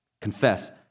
Confess